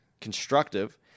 constructive